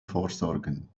vorsorgen